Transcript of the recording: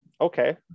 Okay